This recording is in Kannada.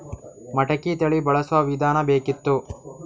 ಮಟಕಿ ತಳಿ ಬಳಸುವ ವಿಧಾನ ಬೇಕಿತ್ತು?